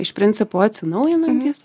iš principo atsinaujinantys